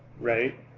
right